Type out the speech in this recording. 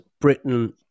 britain